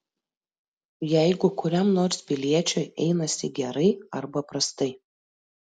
jeigu kuriam nors piliečiui einasi gerai arba prastai